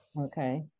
okay